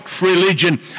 religion